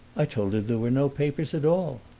i told him there were no papers at all.